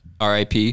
RIP